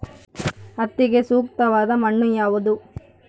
ಹತ್ತಿಗೆ ಸೂಕ್ತವಾದ ಮಣ್ಣು ಯಾವುದು?